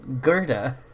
Gerda